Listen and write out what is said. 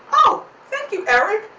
oh, thank you eric!